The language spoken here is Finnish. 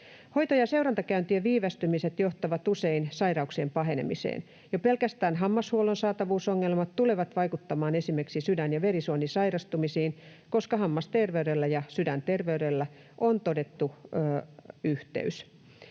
Hoito‑ ja seurantakäyntien viivästymiset johtavat usein sairauksien pahenemiseen. Jo pelkästään hammashuollon saatavuusongelmat tulevat vaikuttamaan esimerkiksi sydän‑ ja verisuonisairastumisiin, koska hammasterveydellä ja sydänterveydellä on todettu yhteys.